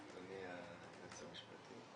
אדוני היועץ המשפטי,